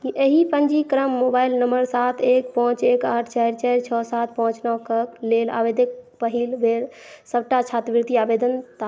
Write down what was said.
एहि पञ्जीक्रम mobile number सात एक पांँच एक आठ चारि चारि छओ सात पांँच नओ कऽ लेल आवेदित पहिल बेर सबटा छात्रवृति आवेदन ता